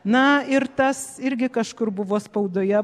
na ir tas irgi kažkur buvo spaudoje